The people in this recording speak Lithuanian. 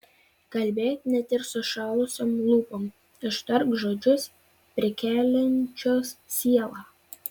kalbėk net ir sušalusiom lūpom ištark žodžius prikeliančius sielą